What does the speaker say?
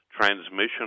transmission